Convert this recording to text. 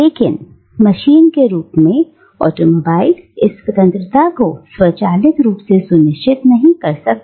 लेकिन मशीन के रूप में ऑटोमोबाइल इस स्वतंत्रता को स्वचालित रूप से सुनिश्चित नहीं कर सकता